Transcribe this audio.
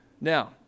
Now